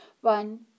One